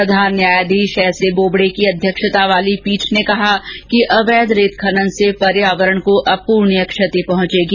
प्रधान न्यायाधीश S A Bobde की अध्यक्षता वाली पीठ ने कहा कि अवैध रेत खनन से पर्यावरण को अप्रणीय क्षति पहुंचेगी